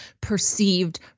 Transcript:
perceived